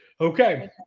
Okay